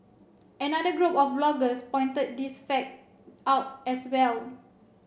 another group of bloggers pointed this fact out as well